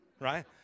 right